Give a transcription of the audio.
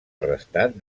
arrestat